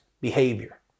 behavior